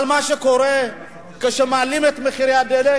אבל מה שקורה הוא שכשמעלים את מחירי הדלק,